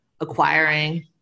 acquiring